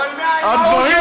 אבל מה עם ההוא שהורשע,